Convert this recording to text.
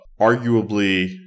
Arguably